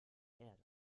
erde